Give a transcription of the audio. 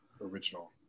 original